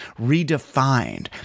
redefined